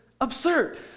absurd